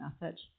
message